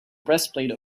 breastplate